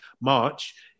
March